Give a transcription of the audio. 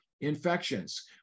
Infections